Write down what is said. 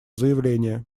заявление